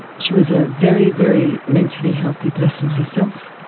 she was a very, very mentally healthy person herself.